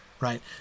right